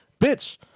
bitch